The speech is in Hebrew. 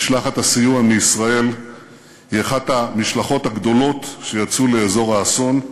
משלחת הסיוע מישראל היא אחת המשלחות הגדולות שיצאו לאזור האסון,